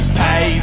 pay